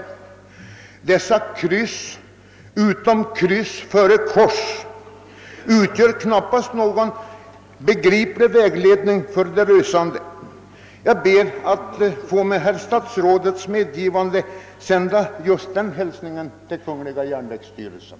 Innebörden av exempelvis den förkortning, som förklaras med definitionen »kryss» utom »kryss» före »kors» är knappast begriplig för de resande. Jag ber att med statsrådets medgivande få sända denna hälsning till järnvägsstyrelsen.